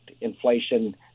inflation